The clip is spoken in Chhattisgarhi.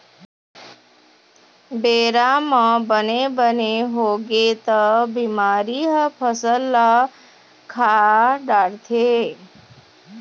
बेरा म बने बने होगे त बिमारी ह फसल ल खा डारथे